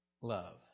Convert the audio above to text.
love